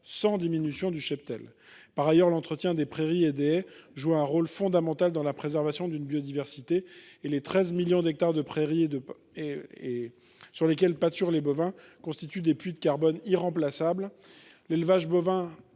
sans diminution du cheptel. Par ailleurs, l’entretien des prairies et des haies joue un rôle fondamental dans la préservation de la biodiversité et les 13 millions d’hectares de prairies et parcours sur lesquels pâturent les bovins constituent des puits de carbone irremplaçables. L’élevage bovin